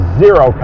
zero